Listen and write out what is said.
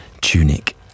tunic